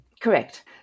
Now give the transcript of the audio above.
Correct